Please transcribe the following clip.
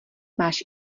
máš